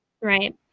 Right